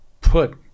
Put